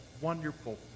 wonderful